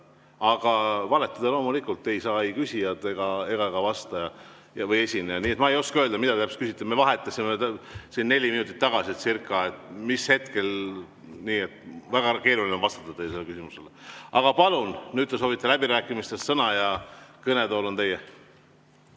Aga valetada loomulikult ei [tohi] ei küsijad ega ka vastaja või esineja. Nii et ma ei oska öelda, mida täpselt küsiti. Me vahetasime siincircaneli minutit tagasi. Nii et väga keeruline on vastata teie sellele küsimusele. Aga palun, nüüd te soovite läbirääkimistel sõna ja kõnetool on teie!